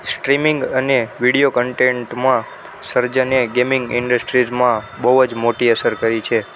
streaming અને video કૉન્ટેન્ટમાં સર્જને ગેમિંગ ઇન્ડસ્ટ્રીઝમાં બહુ જ મોટી અસર કરી છે